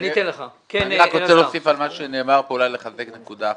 אני רוצה להוסיף על מה שנאמר כאן ואולי לחזק נקודה אחת.